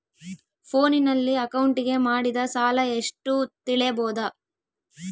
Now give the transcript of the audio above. ಫೋನಿನಲ್ಲಿ ಅಕೌಂಟಿಗೆ ಮಾಡಿದ ಸಾಲ ಎಷ್ಟು ತಿಳೇಬೋದ?